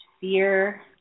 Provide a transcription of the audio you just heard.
fear